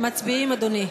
מצביעים, אדוני.